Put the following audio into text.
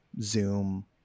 Zoom